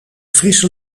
frisse